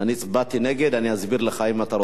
אני הצבעתי נגד, אני אסביר לך אם אתה רוצה.